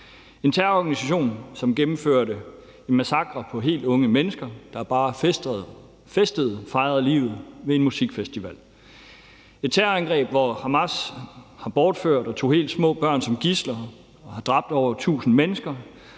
en terrororganisation, som gennemførte en massakre på helt unge mennesker, der bare festede og fejrede livet på en musikfestival. Det er et terrorangreb, hvor Hamas har bortført og taget helt små børn som gidsler og har dræbt over 1.000 mennesker,